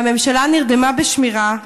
והממשלה נרדמה בשמירה.